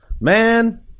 Man